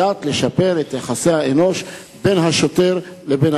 קצת לשפר את יחסי האנוש בין השוטר לבין האזרח.